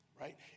right